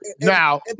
Now